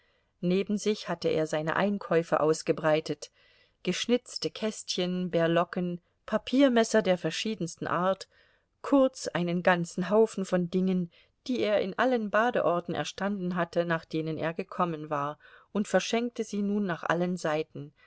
neben sich hatte er seine einkäufe ausgebreitet geschnitzte kästchen berlocken papiermesser der verschiedensten art kurz einen ganzen haufen von dingen die er in allen badeorten erstanden hatte nach denen er gekommen war und verschenkte sie nun nach allen seiten